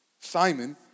Simon